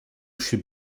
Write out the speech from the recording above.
should